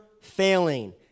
failing